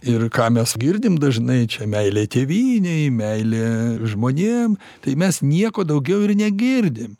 ir ką mes girdimdažnai čia meilė tėvynei meilė žmonėm tai mes nieko daugiau ir negirdim